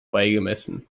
beigemessen